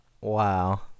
Wow